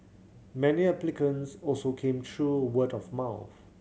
many applicants also came through word of mouth